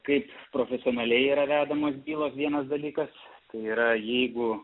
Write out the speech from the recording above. kaip profesionaliai yra vedamos bylos vienas dalykas yra jeigu